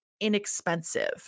inexpensive